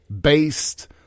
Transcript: based